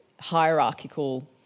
hierarchical